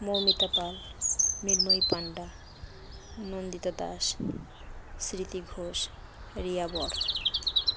মৌমিতা পাল মীরময়ী পান্ডা নন্দিতা দাস স্মৃতি ঘোষ রিয়া বর